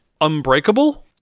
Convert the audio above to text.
unbreakable